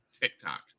TikTok